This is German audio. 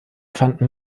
fanden